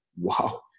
wow